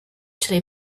chili